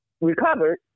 recovered